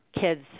kids